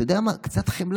אתה יודע מה, קצת חמלה.